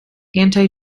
anti